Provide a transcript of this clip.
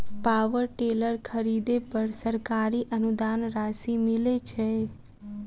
Power tiller खरीदे पर सरकारी अनुदान राशि मिलय छैय?